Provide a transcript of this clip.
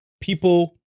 people